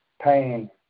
pain